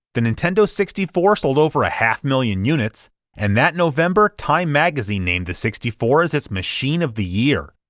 the nintendo sixty four sold over a half million units, and that november, time magazine named the sixty four as it's machine of the year,